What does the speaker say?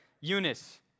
Eunice